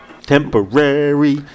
Temporary